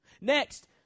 Next